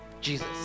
Jesus